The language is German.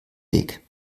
weg